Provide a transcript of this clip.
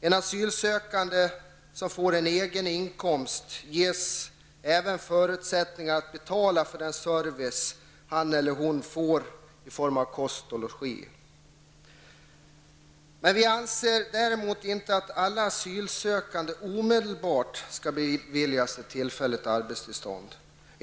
En asylsökande som får en egen inkomst ges även förutsättningar att betala för den service han eller hon får i form av kost och logi. Vi anser däremot inte att alla asylsökande omedelbart skall beviljas ett tillfälligt arbetstillstånd.